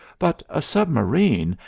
but a submarine.